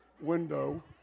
window